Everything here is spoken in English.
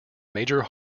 major